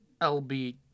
LB